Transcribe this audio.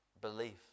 belief